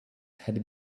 had